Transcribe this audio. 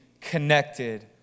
connected